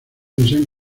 piensan